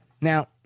Now